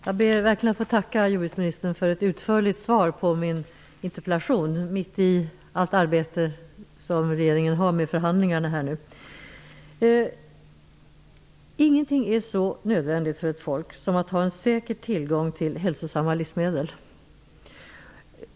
Herr talman! Jag ber verkligen att få tacka jordbruksministern för ett utförligt svar på min interpellation -- mitt i allt det arbete som regeringen nu har med förhandlingarna. Ingenting är så nödvändigt för ett folk som att ha en säker tillgång till hälsosamma livsmedel.